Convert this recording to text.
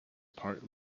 part